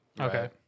Okay